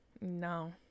no